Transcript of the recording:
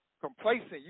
complacent